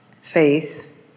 faith